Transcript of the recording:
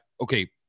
okay